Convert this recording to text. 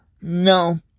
No